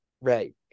Right